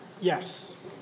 Yes